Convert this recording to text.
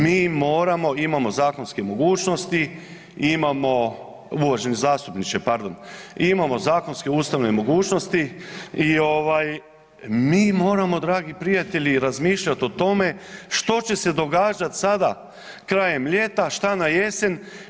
Mi moramo, imamo zakonske mogućnosti, imamo, uvaženi zastupniče pardon, imamo zakonske, ustavne mogućnosti i mi moramo dragi prijatelji razmišljati o tome što će se događati sada krajem ljeta, što na jesen.